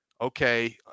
okay